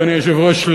אדוני היושב-ראש,